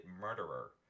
murderer